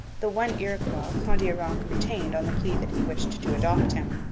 the one iroquois kondiaronk retained on the plea that he wished to adopt him.